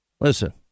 Listen